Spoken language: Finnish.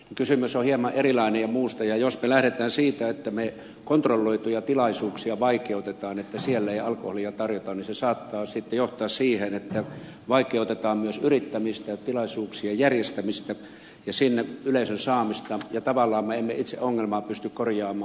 kysymys on silloin hieman erilainen ja jos me lähdemme siitä että me vaikeutamme kontrolloituja tilaisuuksia että siellä ei alkoholia tarjota niin se saattaa johtaa siihen että vaikeutetaan myös yrittämistä ja tilaisuuksien järjestämistä ja yleisön saamista sinne ja tavallaan me emme itse ongelmaa pysty korjaamaan